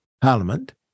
Parliament